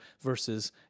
versus